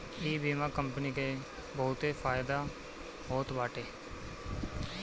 इ बीमा कंपनी के बहुते फायदा होत बाटे